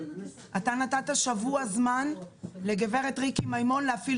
אתה נתת שבוע זמן לגב' ריקי מימון להפעיל